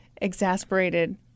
exasperated